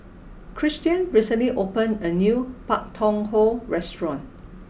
Christian recently opened a new Pak Thong Ko restaurant